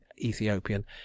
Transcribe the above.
Ethiopian